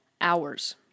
hours